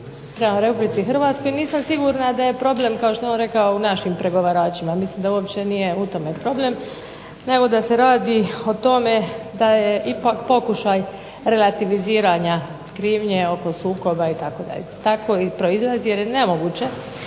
prema RH i nisam sigurna da je problem kao što je on rekao u našim pregovaračima, mislim da uopće nije u tome problem nego da se radi o tome da je ipak pokušaj relativiziranja krivnje oko sukoba itd. Tako i proizlazi jer je nemoguće